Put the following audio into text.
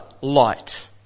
light